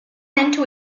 into